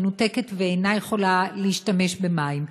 מנותקת ואינה יכולה להשתמש במים.